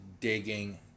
digging